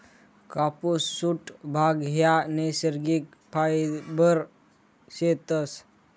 कापुस, जुट, भांग ह्या नैसर्गिक फायबर शेतस